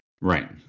Right